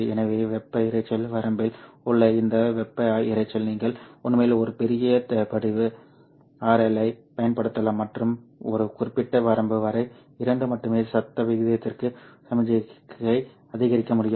எனவே வெப்ப இரைச்சல் வரம்பில் உள்ள இந்த வெப்ப இரைச்சல் நீங்கள் உண்மையில் ஒரு பெரிய பதிவு RL ஐப் பயன்படுத்தலாம் மற்றும் ஒரு குறிப்பிட்ட வரம்பு வரை இரண்டு மட்டுமே சத்த விகிதத்திற்கு சமிக்ஞையை அதிகரிக்க முடியும்